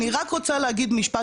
אני רק רוצה להגיד משפט